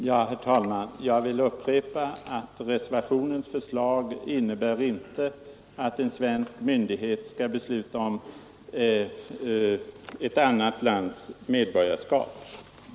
Herr talman! Jag vill upprepa att reservationens förslag inte innebär att en svensk myndighet skall besluta om ett annat lands medborgarskap.